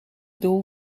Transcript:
doel